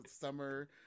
summer